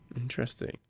Interesting